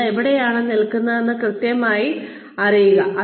നിങ്ങൾ എവിടെയാണ് നിൽക്കുന്നതെന്ന് കൃത്യമായി അറിയുക